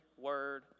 word